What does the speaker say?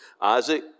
Isaac